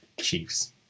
Chiefs